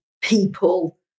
people